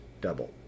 double